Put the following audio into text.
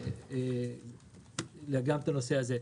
לטפל גם בנושא הזה.